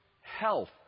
health